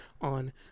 on